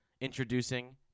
introducing